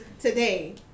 today